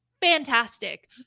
fantastic